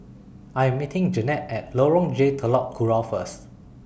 I Am meeting Jeanne At Lorong J Telok Kurau First